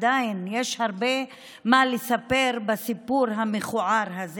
עדיין יש הרבה מה לספר בסיפור המכוער הזה